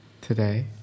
today